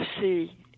see